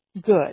good